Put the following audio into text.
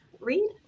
read